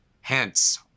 Hence